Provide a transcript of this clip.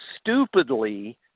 Stupidly